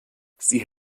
sie